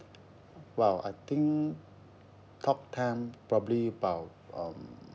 well I think talk time probably about um